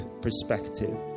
perspective